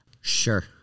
Sure